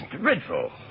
dreadful